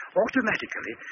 automatically